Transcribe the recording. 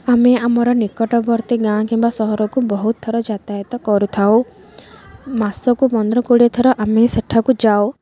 ଆମେ ଆମର ନିକଟବର୍ତ୍ତୀ ଗାଁ କିମ୍ବା ସହରକୁ ବହୁତ ଥର ଯାତାୟତ କରୁଥାଉ ମାସକୁ ପନ୍ଦର କୋଡ଼ିଏଥର ଆମେ ସେଠାକୁ ଯାଉ